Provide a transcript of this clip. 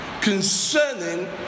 concerning